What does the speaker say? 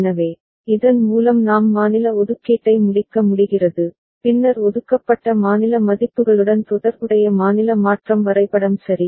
எனவே இதன் மூலம் நாம் மாநில ஒதுக்கீட்டை முடிக்க முடிகிறது பின்னர் ஒதுக்கப்பட்ட மாநில மதிப்புகளுடன் தொடர்புடைய மாநில மாற்றம் வரைபடம் சரி